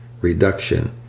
reduction